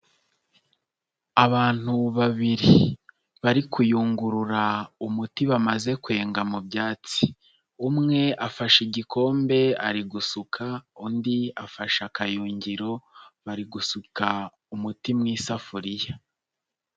Abantu babiri bari kuyungurura umuti bamaze kwenga mu byatsi, umwe afashe igikombe ari gusuka, undi afashe akayungiro, bari gusuka umuti mu isafuriya.